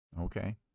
Okay